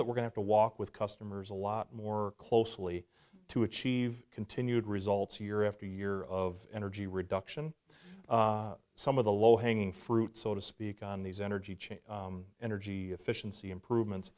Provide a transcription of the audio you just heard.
that we're going to walk with customers a lot more closely to achieve continued results year after year of energy reduction some of the low hanging fruit so to speak on these energy change energy efficiency improvements